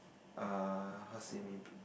uh how to say maybe